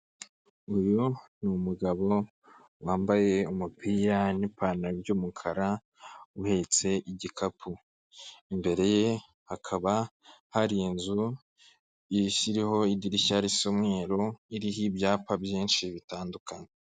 Uyu ni umugabo wambaye umupira n'ipantaro by'umukara uhetse igikapu, imbere ye hakaba hari inzu iriho idirishya risa umweru, iriho ibyapa byinshi bitandukanye.